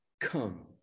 come